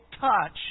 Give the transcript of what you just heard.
touch